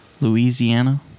Louisiana